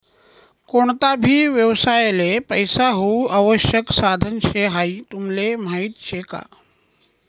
कोणता भी व्यवसायले पैसा हाऊ आवश्यक साधन शे हाई तुमले माहीत शे का?